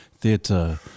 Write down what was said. theatre